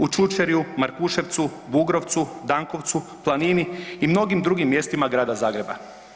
U Čučerju, Markuševcu, Vugrovcu, Dankovcu, Planini i mnogim drugim mjestima grada Zagreba.